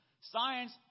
Science